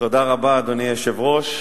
אדוני היושב-ראש,